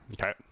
Okay